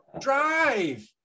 drive